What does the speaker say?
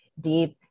deep